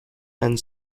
and